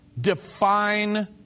define